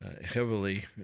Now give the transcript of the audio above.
heavily